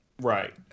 Right